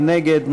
מי נגד?